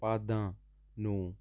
ਪਾਦਾਂ ਨੂੰ